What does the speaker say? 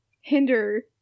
hinder